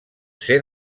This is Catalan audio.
ser